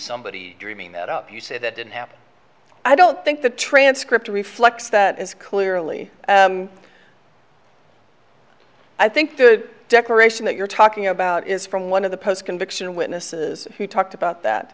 somebody dreaming that up you say that didn't happen i don't think the transcript reflects that is clearly i think the declaration that you're talking about is from one of the post conviction witnesses who talked about that